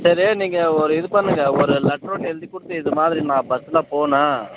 சரி நீங்கள் ஒரு இது பண்ணுங்கள் ஒரு லெட்டர் ஒன்று எழுதி கொடுத்து இதமாதிரி நான் பஸ்ஸில் போனேன்